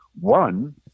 One